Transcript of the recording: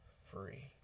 free